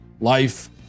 Life